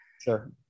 Sure